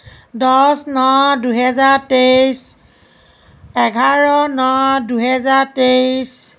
দহ ন দুহেজাৰ তেইছ এঘাৰ ন দুহেজাৰ তেইছ